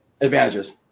advantages